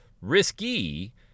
risky